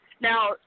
Now